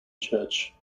church